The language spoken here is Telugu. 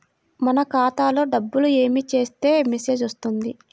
మన ఖాతాలో డబ్బులు ఏమి చేస్తే మెసేజ్ వస్తుంది?